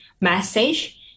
message